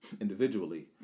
individually